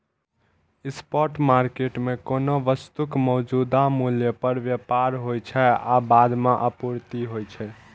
spot market मे कोनो वस्तुक मौजूदा मूल्य पर व्यापार होइ छै आ बाद मे आपूर्ति होइ छै